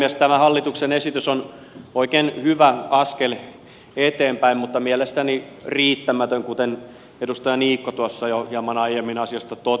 tämä hallituksen esitys on oikein hyvä askel eteenpäin mutta mielestäni riittämätön kuten edustaja niikko tuossa jo hieman aiemmin asiasta totesikin